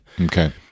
okay